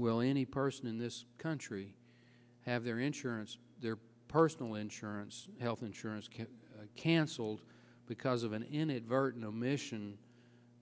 will any person in this country have their insurance their personal insurance health insurance can canceled because of an inadvertent omission